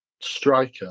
striker